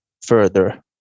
further